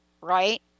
right